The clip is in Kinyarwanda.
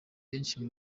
benshi